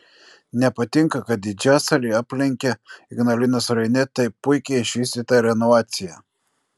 nepatinka kad didžiasalį aplenkia ignalinos rajone taip puikiai išvystyta renovacija